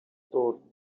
thought